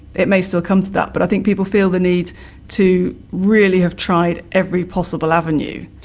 it may still come to that but i think people feel the need to really have tried every possible avenue.